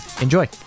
Enjoy